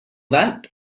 that